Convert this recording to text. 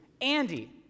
Andy